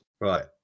Right